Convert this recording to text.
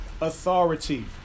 authority